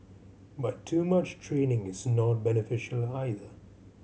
but too much training is not beneficial either